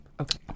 Okay